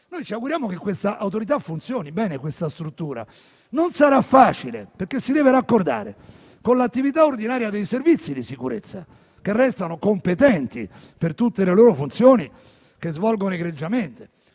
Ci auguriamo che quest'Autorità e questa struttura funzionino bene. Non sarà facile, perché si deve raccordare con l'attività ordinaria dei servizi di sicurezza, che restano competenti per tutte le loro funzioni, che svolgono egregiamente,